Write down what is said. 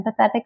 empathetic